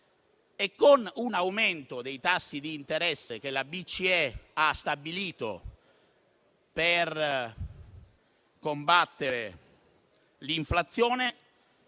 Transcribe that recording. con l'aumento dei tassi di interesse che la BCE ha stabilito per combattere l'inflazione,